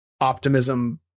optimism